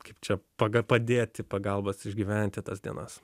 kaip čia paga padėti pagalbos išgyventi tas dienas